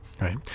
Right